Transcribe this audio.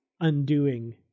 undoing